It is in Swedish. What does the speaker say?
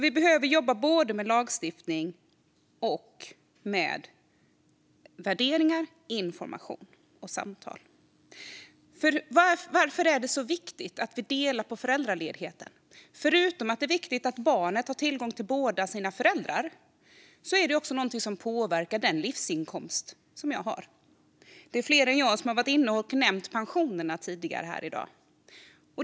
Vi behöver alltså jobba både med lagstiftning och med värderingar, information och samtal. Varför är det då så viktigt att vi delar på föräldraledigheten? Förutom att det är viktigt att barnet har tillgång till båda sina föräldrar påverkar det också den livsinkomst som man har som förälder. Fler än jag har nämnt pensionerna tidigare här i dag.